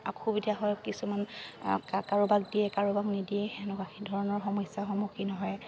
অসুবিধা হয় কিছুমান কাৰোবাক দিয়ে কাৰোবাক নিদিয়ে সেনেকুৱা সেই ধৰণৰ সমস্যাৰ সন্মুখীন হয়